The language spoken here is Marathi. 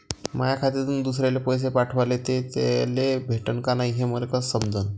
माया खात्यातून दुसऱ्याले पैसे पाठवले, ते त्याले भेटले का नाय हे मले कस समजन?